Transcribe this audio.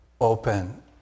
open